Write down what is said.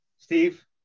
Steve